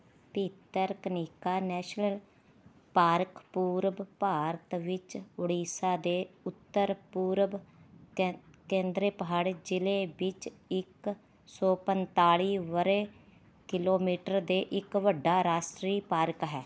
Bhitarkanika national park ਪੂਰਬ ਭਾਰਤ ਵਿੱਚ ਓਡੀਸ਼ਾ ਦੇ ਉੱਤਰ ਪੂਰਬ ਕੇਂਦਰੇਪਹਾੜੇ ਜ਼ਿਲ੍ਹੇ ਵਿੱਚ ਇੱਕ ਸੌ ਪੰਤਾਲੀ ਵਰ੍ਹੇ ਕਿਲੋਮੀਟਰ ਦੇ ਇੱਕ ਵੱਡਾ ਰਾਸ਼ਟਰੀ ਪਾਰਕ ਹੈ